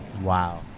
Wow